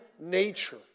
nature